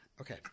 Okay